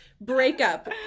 breakup